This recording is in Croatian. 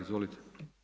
Izvolite.